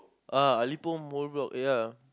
uh Ali Pom old block ya